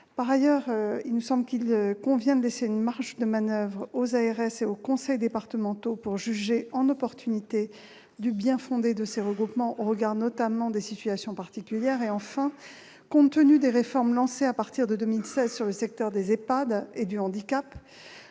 médico-social. Ensuite, il convient de laisser une marge de manoeuvre aux ARS et aux conseils départementaux pour qu'ils jugent de l'opportunité et du bien-fondé de ces regroupements, au regard notamment des situations particulières. Enfin, compte tenu des réformes lancées à partir de 2016 sur le secteur des EHPAD et du handicap,